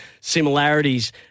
similarities